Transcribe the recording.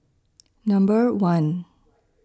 Number one